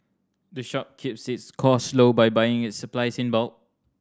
the shop keeps its costs low by buying its supplies in bulk